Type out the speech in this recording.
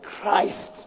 christ